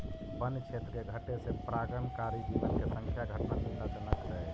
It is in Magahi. वन्य क्षेत्र के घटे से परागणकारी जीव के संख्या घटना चिंताजनक हइ